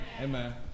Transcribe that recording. Amen